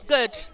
Good